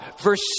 Verse